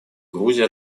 грузия